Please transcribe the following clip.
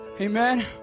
Amen